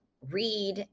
read